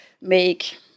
make